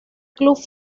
club